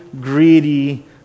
greedy